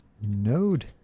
node